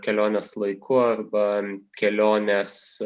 keliones laiku arba keliones